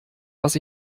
was